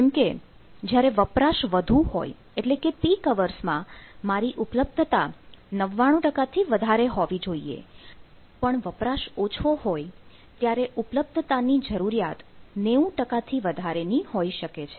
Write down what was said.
જેમકે જ્યારે વપરાશ વધુ હોય એટલે કે પીક અવર્સમાં મારી ઉપલબ્ધતા ૯૯ ટકાથી વધારે હોવી જોઈએ પણ વપરાશ ઓછો હોય ત્યારે ઉપલબ્ધતા ની જરૂરિયાત 90 ટકાથી વધારે ની હોઈ શકે છે